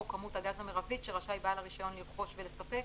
כמות הגז המרבית שרשאי בעל הרישיון לרכוש ולספק,